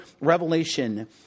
revelation